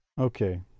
Okay